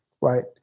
right